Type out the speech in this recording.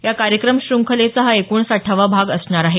या कार्यक्रम शुंखलेचा हा एकोणसाठावा भाग असणार आहे